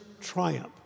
triumph